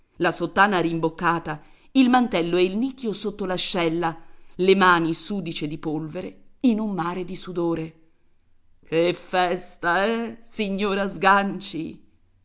la sottana rimboccata il mantello e il nicchio sotto l'ascella le mani sudice di polvere in un mare di sudore che festa eh signora sganci